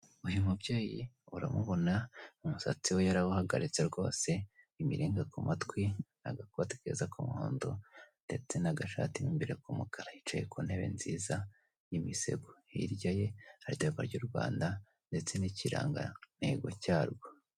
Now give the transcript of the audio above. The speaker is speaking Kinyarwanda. Uyu mubyeyi uramubona umusatsi we yarawuhagaritse rwose imiringa kumatwi agakote keza k'umuhondo ndetse n'agashati mo imbere k'umukara, yicaye kuntebe nziza n'imisego hirya ye hari idarapo ry'urwanda ndetse n'ikirangantego cyarwo.